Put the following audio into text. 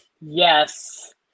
Yes